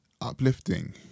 uplifting